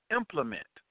implement